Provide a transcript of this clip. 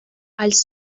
als